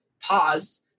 pause